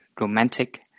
romantic